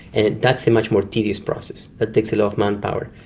and that's a much more tedious process, that takes a lot of manpower.